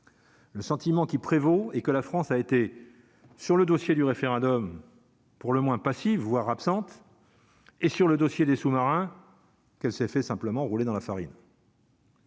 Le sentiment qui prévaut est que la France a été sur le dossier du référendum pour le moins passive voire absente et sur le dossier des sous-marins que ces fait simplement rouler dans la farine.